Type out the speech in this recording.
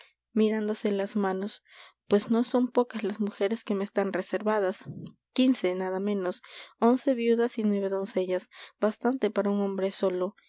mirándose las manos pues no son pocas las mujeres que me están reservadas quince nada menos once viudas y nueve doncellas bastante para un hombre solo